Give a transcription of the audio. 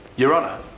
your honour,